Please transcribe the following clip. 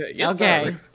okay